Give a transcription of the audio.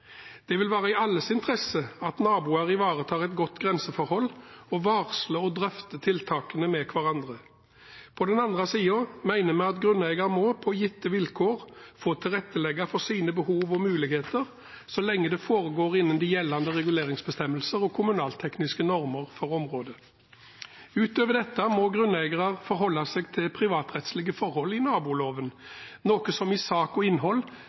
Det vil være i alles interesse at naboer ivaretar et godt grenseforhold og varsler og drøfter tiltakene med hverandre. På den andre siden mener vi at grunneier må, på gitte vilkår, få tilrettelegge for sine behov og muligheter så lenge det foregår innenfor de gjeldende reguleringsbestemmelser og kommunaltekniske normer for området. Utover dette må grunneiere forholde seg til privatrettslige forhold i naboloven, noe som i sak og innhold